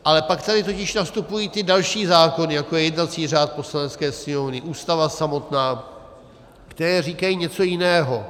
Ale pak tady totiž nastupují ty další zákony, jako je jednací řád Poslanecké sněmovny, Ústava samotná, které říkají něco jiného.